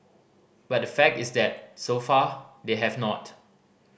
but the fact is that so far they have not